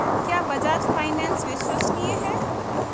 क्या बजाज फाइनेंस विश्वसनीय है?